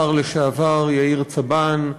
השר לשעבר יאיר צבן,